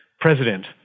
president